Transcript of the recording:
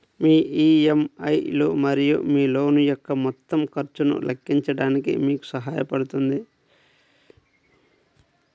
మీ EMI లు మరియు మీ లోన్ యొక్క మొత్తం ఖర్చును లెక్కించడానికి మీకు సహాయపడుతుంది